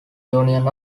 union